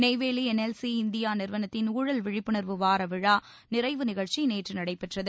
Neyveli NLC India நிறுவனத்தில் ஊழல் விழிப்புணர்வு வாரவிழா நிறைவு நிகழ்ச்சி நேற்று நடைபெற்றது